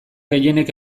gehienek